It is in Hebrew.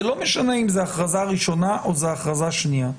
זה לא משנה אם זה הכרזה ראשונה או זה הכרזה שנייה.